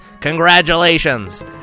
Congratulations